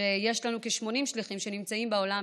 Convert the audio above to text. שיש לנו כ-80 שליחים שנמצאים בעולם,